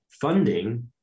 Funding